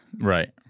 Right